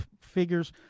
figures